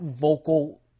vocal